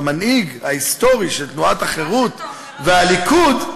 המנהיג ההיסטורי של תנועת החירות והליכוד,